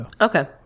Okay